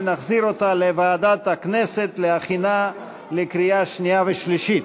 ונחזיר אותה לוועדת הכנסת להכינה לקריאה שנייה ולקריאה שלישית.